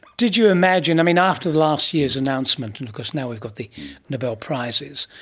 did you imagine, i mean, after last year's announcement, and of course now we've got the nobel prizes,